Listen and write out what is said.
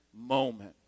moment